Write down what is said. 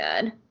good